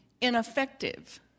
ineffective